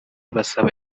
basaba